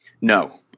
No